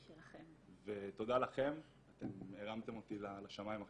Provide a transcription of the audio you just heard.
ותודה לכם, אתם הרמתם אותי לשמיים עכשיו.